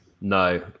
No